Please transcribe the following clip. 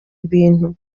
ibintu